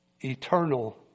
Eternal